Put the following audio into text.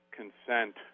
consent